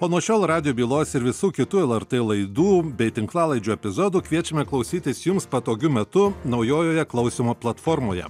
o nuo šiol radijo bylos ir visų kitų lrt laidų bei tinklalaidžių epizodų kviečiame klausytis jums patogiu metu naujojoje klausymo platformoje